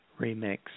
Remix